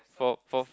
for for